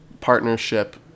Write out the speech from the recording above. partnership